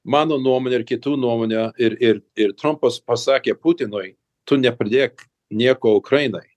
mano nuomone ir kitų nuomone ir ir ir trumpas pasakė putinui tu nepridėk nieko ukrainai